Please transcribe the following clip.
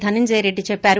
ధునంజయ రెడ్లి చెప్పారు